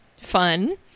fun